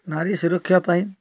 ନାରୀ ସୁରକ୍ଷାପାଇଁ